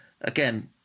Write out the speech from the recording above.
Again